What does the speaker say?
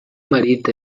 marit